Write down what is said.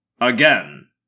Again